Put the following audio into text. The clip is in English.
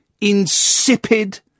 insipid